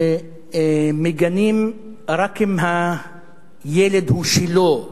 שמגנים רק אם הילד הוא שלו,